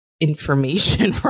information